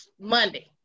monday